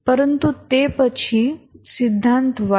પરંતુ તે પછી સિદ્ધાંત Y